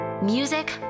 Music